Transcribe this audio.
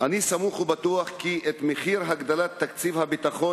אני סמוך ובטוח כי את מחיר הגדלת תקציב הביטחון